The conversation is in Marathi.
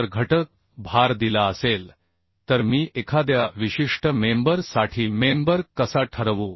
जर घटक भार दिला असेल तर मी एखाद्या विशिष्ट मेंबर साठी मेंबर कसा ठरवू